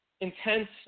intense